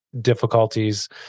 difficulties